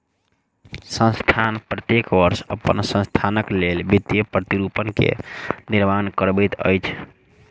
संस्थान प्रत्येक वर्ष अपन संस्थानक लेल वित्तीय प्रतिरूपण के निर्माण करबैत अछि